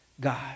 god